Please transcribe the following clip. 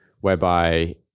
whereby